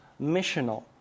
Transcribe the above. missional